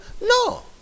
No